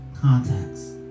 Contacts